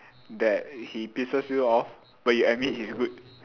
that he pisses you off but you admit he's good